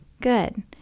Good